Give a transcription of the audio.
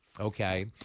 okay